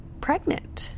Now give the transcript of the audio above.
pregnant